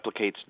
replicates